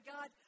God